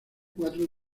cuatro